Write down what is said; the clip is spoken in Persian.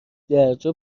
درجا